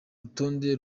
rutonde